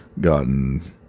gotten